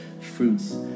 fruits